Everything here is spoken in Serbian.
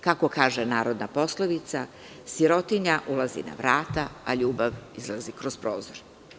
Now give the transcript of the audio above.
Kako kaže narodna poslovica – sirotinja ulazi na vrata, a ljubav izlazi kroz prozor.